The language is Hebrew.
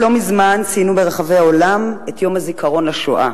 לא מזמן ציינו ברחבי העולם את יום הזיכרון לשואה.